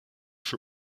für